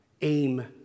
Aim